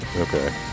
Okay